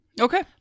Okay